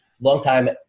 Longtime